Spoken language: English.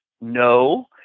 no